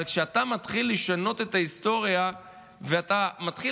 אבל כשאתה מתחיל לשנות את ההיסטוריה ואתה מתחיל